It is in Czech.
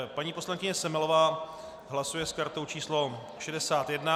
Paní poslankyně Semelová hlasuje s kartou číslo 61.